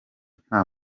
nta